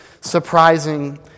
surprising